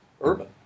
urban